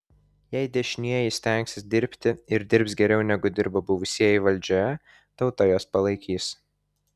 jei dešinieji stengsis dirbti ir dirbs geriau negu dirbo buvusieji valdžioje tauta juos palaikys